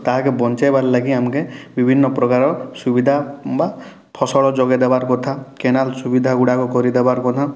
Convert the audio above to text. ତାହେକେ ବଞ୍ଚାଇବାର ଲାଗି ଆମକେ ବିଭିନ୍ନ ପ୍ରକାର ସୁବିଧା ବା ଫସଲ ଯୋଗାଇ ଦେବାର କଥା କେନାଲ ସୁବିଧାଗୁଡ଼ାକ କରିଦେବାର କଥା